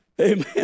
Amen